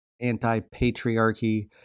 anti-patriarchy